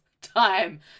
time